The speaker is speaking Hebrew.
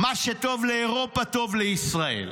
"מה שטוב לאירופה טוב לישראל"